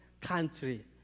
country